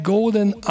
Golden